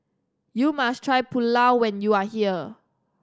you must try Pulao when you are here